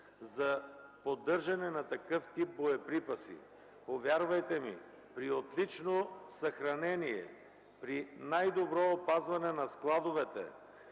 за поддържане на такъв тип боеприпаси. Повярвайте ми, при отлично съхранение, при най-добро опазване на складовете,